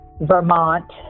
Vermont